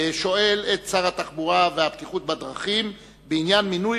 שואל את שר התחבורה והבטיחות בדרכים בעניין מינוי